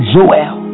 Joel